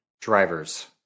drivers